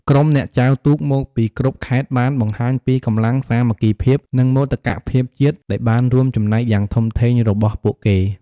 ក្រុមអ្នកចែវទូកមកពីគ្រប់ខេត្តបានបង្ហាញពីកម្លាំង សាមគ្គីភាព និងមោទកភាពជាតិ ដែលបានរួមចំណែកយ៉ាងធំធេងរបស់ពួកគេ។